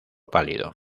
pálido